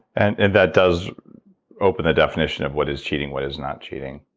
and and that does open a definition of what is cheating, what is not cheating.